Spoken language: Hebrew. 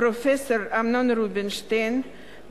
פרופסור אמנון רובינשטיין,